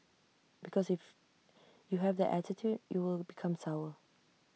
because if you have that attitude you will become sour